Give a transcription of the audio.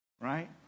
right